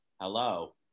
hello